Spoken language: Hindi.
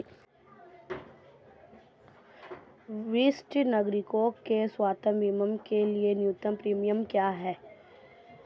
वरिष्ठ नागरिकों के स्वास्थ्य बीमा के लिए न्यूनतम प्रीमियम क्या है?